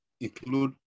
include